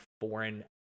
foreign